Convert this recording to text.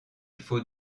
faut